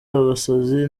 abasazi